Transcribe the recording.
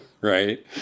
right